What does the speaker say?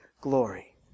glory